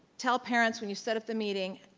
tell parents when you set up the meeting,